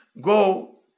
go